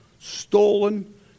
Stolen